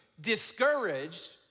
discouraged